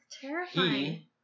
terrifying